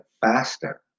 faster